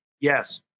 yes